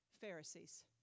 Pharisees